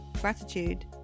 gratitude